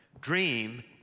Dream